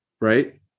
right